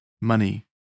money